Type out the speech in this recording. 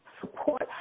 support